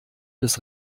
des